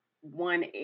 one